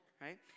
right